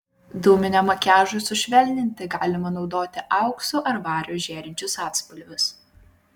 dūminiam makiažui sušvelninti galima naudoti auksu ar variu žėrinčius atspalvius